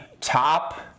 top